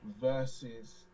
versus